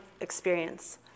experience